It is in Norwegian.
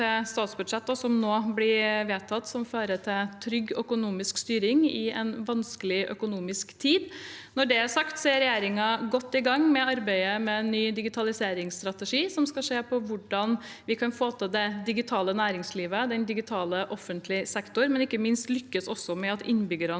statsbudsjett som nå blir vedtatt, som fører til trygg økonomisk styring i en vanskelig økonomisk tid. Når det er sagt, er regjeringen godt i gang med arbeidet med en ny digitaliseringsstrategi, som skal se på hvordan vi kan få til det digitale næringslivet, den digitale offentlige sektor, men ikke minst også lykkes med at innbyggerne